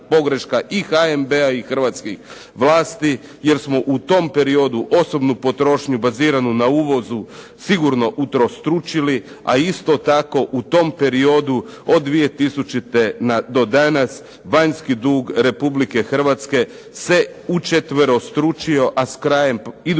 i HNB i hrvatskih vlasti jer smo u tom periodu osobnu potrošnju baziranu na uvozu sigurno utrostručili, a isto tako u tom periodu od 2000. do danas vanjski dug Republike Hrvatske se učetverostručio, a s krajem iduće